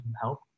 help